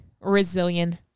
resilient